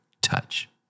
touch